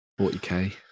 40k